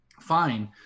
fine